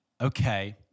okay